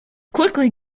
quickly